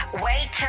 wait